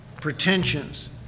Pretensions